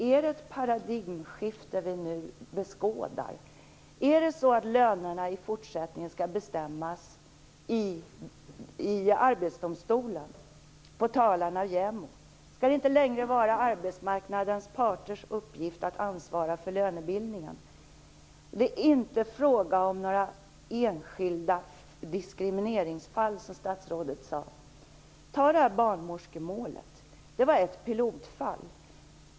Är det ett paradigmskifte vi nu skådar? Är det så att lönerna i fortsättningen skall bestämmas i Arbetsdomstolen på talan av JämO? Skall det inte längre vara arbetsmarknadens parters uppgift att ansvara för lönebildningen? Det är inte fråga om några enskilda diskrimineringsfall, som statsrådet sade. Ta det här barnmorskemålet. Det var ett pilotfall.